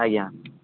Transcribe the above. ଆଜ୍ଞା